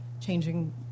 changing